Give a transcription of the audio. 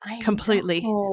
Completely